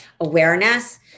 awareness